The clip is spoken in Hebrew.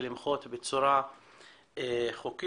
ולמחות בצורה חוקית.